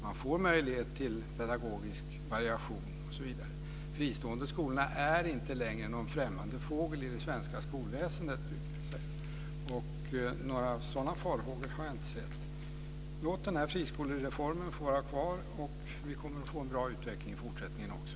Man får möjlighet till pedagogisk variation, osv. De fristående skolorna är inte längre någon främmande fågel i det svenska skolväsendet. Några sådana farhågor har jag inte sett. Låt friskolereformen få vara kvar, och vi kommer att få en bra utveckling i fortsättningen också.